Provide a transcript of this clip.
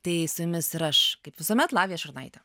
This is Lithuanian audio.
tai su jumis ir aš kaip visuomet lavija šurnaitė